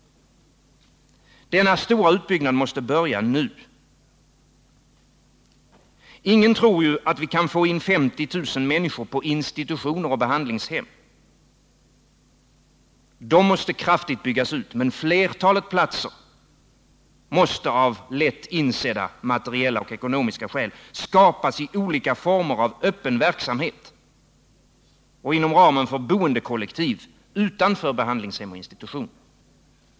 Denna stora utbyggnad måste börja nu. Ingen tror att vi kan få in 50 000 människor på institutioner och behandlingshem. Dessa måste kraftigt byggas ut, men flertalet platser måste av lätt insedda materiella och ekonomiska skäl skapas i olika former av öppen verksamhet och inom ramen för boendekollektiv utanför behandlingshem och institutioner.